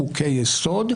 חוקי-יסוד,